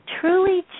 truly